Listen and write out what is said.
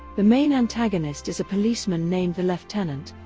the main antagonist is a policeman named the lieutenant,